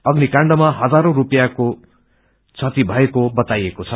अग्निकाण्डमा हजारौं रूपिसयाँको क्षति भएको बताइएको छ